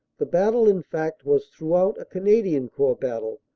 the battle, in fact, was throughout a canadian corps battle,